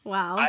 Wow